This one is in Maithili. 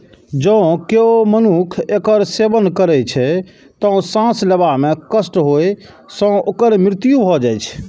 जौं केओ मनुक्ख एकर सेवन करै छै, तं सांस लेबा मे कष्ट होइ सं ओकर मृत्यु भए जाइ छै